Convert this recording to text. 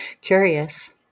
Curious